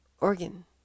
organ